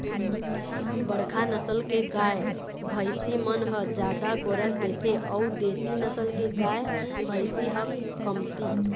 बड़का नसल के गाय, भइसी मन ह जादा गोरस देथे अउ देसी नसल के गाय, भइसी ह कमती